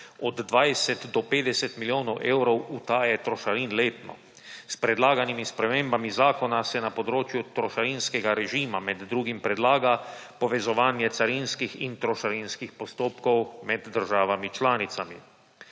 od 20 do 50 milijonov evrov utaje trošarin letno. S predlaganimi spremembami zakona se na področju trošarinskega režima med drugim predlaga povezovanje carinskih in trošarinskih postopkov med državami članicami.